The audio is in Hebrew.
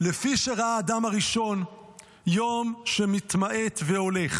"לפי שראה אדם הראשון יום שמתמעט והולך"